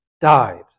died